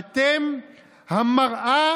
אתם המראה